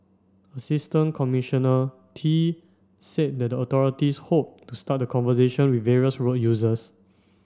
Assistant Commissioner Tee said that the authorities hoped to start the conversation with various road users